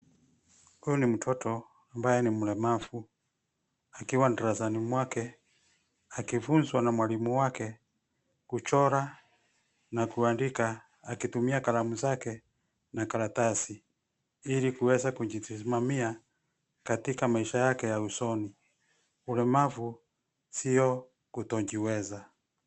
Huyu ni mtoto ambaye ni mlemavu akiwa darasani mwake akifunzwa na mwalimu wake kuchora na kuandika akitumia kalamu zake na karatasi, ili kuweza kujisimamia katika maisha yake ya usoni. Ulemavu sio kutojiweza.